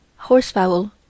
horsefowl